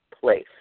place